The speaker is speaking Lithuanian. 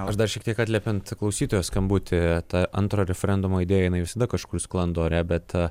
aš dar šiek tiek atliepiant klausytojo skambutį ta antro referendumo idėja jinai visada kažkur sklando ore bet